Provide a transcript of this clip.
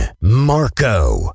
Marco